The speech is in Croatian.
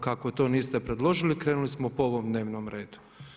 Kako to niste predložili krenuli smo po ovom dnevnom redu.